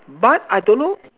but I don't know